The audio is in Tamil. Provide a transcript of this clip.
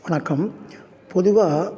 வணக்கம் பொதுவாக